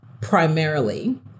primarily